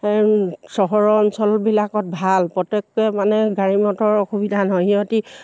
চহৰৰ অঞ্চলবিলাকত ভাল প্ৰত্যেকে মানে গাড়ী মটৰৰ অসুবিধা নহয় সিহঁতে